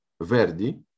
Verdi